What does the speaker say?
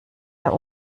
der